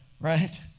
right